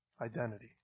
identity